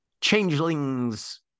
changelings